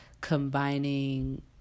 combining